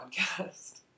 podcast